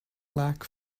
lack